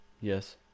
Yes